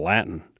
Latin